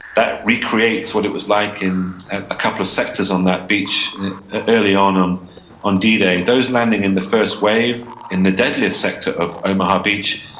that recreates what it was like in a couple of sectors on that beach early on um on d-day those landing in the first wave in the deadliest sector of omaha beach,